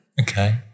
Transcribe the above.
Okay